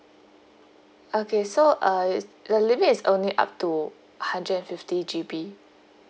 okay so uh the limit is only up to hundred and fifty G_B